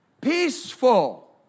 Peaceful